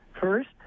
First